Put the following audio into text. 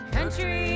Country